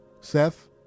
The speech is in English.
Seth